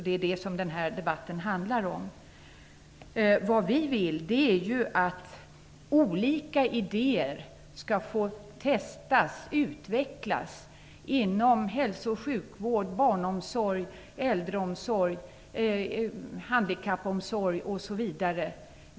Det är det debatten handlar om. Vi vill att olika idéer skall få testas, utvecklas inom hälso och sjukvård, barnomsorg, äldreomsorg, handikappomsorg osv.